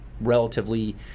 relatively